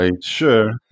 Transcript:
Sure